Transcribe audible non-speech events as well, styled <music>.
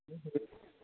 <unintelligible>